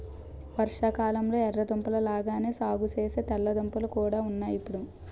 వర్షాకాలంలొ ఎర్ర దుంపల లాగానే సాగుసేసే తెల్ల దుంపలు కూడా ఉన్నాయ్ ఇప్పుడు